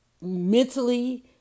mentally